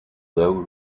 low